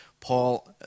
Paul